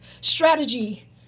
strategy